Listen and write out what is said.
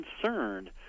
concerned